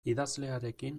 idazlearekin